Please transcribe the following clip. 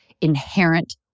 inherent